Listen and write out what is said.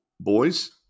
boys